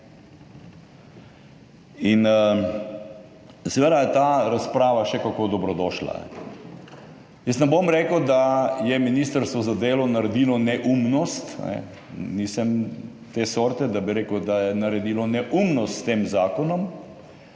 Seveda je ta razprava še kako dobrodošla. Jaz ne bom rekel, da je ministrstvo za delo naredilo neumnost, nisem te sorte, da bi rekel, da je naredilo neumnost s tem zakonom,